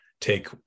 take